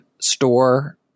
store